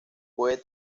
puede